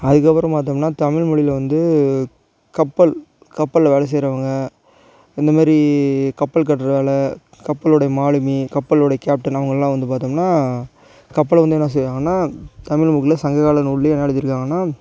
அதுக்கப்புறம் பார்த்தோம்னா தமிழ்மொழியில் வந்து கப்பல் கப்பலில் வேலை செய்கிறவங்க இந்தமாரி கப்பல் கட்டுற வேலை கப்பலோடைய மாலுமி கப்பலோடைய கேப்டன் அவங்கெல்லாம் வந்து பார்த்தோம்னா கப்பலை வந்து என்ன செய்வாங்கன்னா தமிழ் புக்கில் சங்ககால நூல்லே என்ன எழுதியிருக்காங்கன்னா